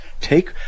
take